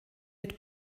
mit